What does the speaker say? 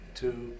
two